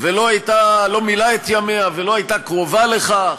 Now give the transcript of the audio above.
ולא מילאה את ימיה ולא הייתה קרובה לכך.